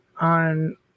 on